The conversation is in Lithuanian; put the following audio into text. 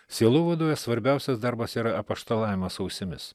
sielovadoje svarbiausias darbas yra apaštalavimas ausimis